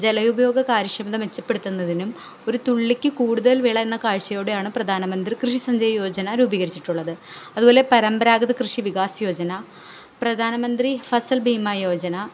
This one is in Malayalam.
ജല ഉപയോഗ കാര്യക്ഷമത മെച്ചപ്പടുത്തുന്നതിനും ഒരു തുള്ളിക്ക് കൂടുതൽ വിള എന്ന കാഴ്ചയോടെയാണ് പ്രധാനമന്ത്രി കൃഷി സഞ്ജയ് യോജന രൂപീകരിച്ചിട്ടുള്ളത് അതുപൊലെ പരമ്പരാഗത കൃഷി വികാസ് യോജന പ്രധാനമന്ത്രി ഫസൽ ഭീമാ യോജന